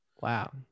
Wow